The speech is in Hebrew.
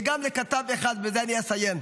וגם לכתב אחד, ובזה אני אסיים: